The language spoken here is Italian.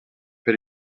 per